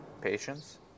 patients